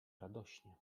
radośnie